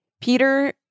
Peter